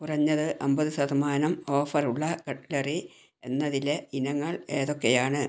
കുറഞ്ഞത് അൻപത് ശതമാനം ഓഫർ ഉള്ള കട്ട്ലറി എന്നതിലെ ഇനങ്ങൾ ഏതൊക്കെയാണ്